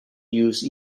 use